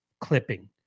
clipping